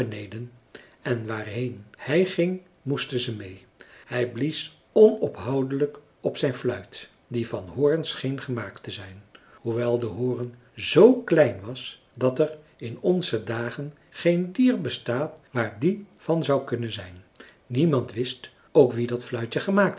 en waar heen hij ging moesten ze meê hij blies onophoudelijk op zijn fluit die van hoorn scheen gemaakt te zijn hoewel de horen z klein was dat er in onze dagen geen dier bestaat waar die van zou kunnen zijn niemand wist ook wie dat fluitje gemaakt